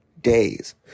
days